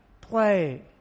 play